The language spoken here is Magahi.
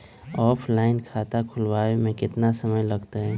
ऑफलाइन खाता खुलबाबे में केतना समय लगतई?